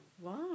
Wow